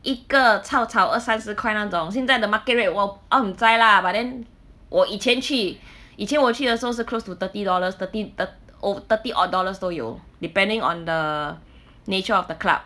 一个潮潮二三十块那种现在的 market rate lah but then 我以前去以前我去的时候是 close to thirty dollars thirty ov~ thirty or dollars 都有 depending on the nature of the club